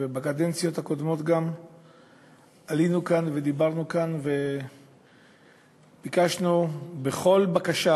ובקדנציות הקודמות גם עלינו לכאן ודיברנו כאן וביקשנו בכל לשון של בקשה